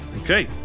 Okay